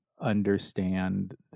understand